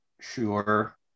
Sure